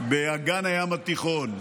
באגן הים התיכון,